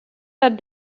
that